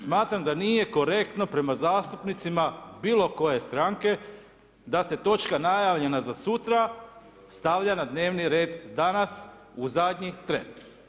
Smatram da nije korektno prema zastupnicima bilo koje stranke da se točka najavljena za sutra stavlja na dnevni red danas u zadnji tren.